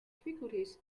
difficulties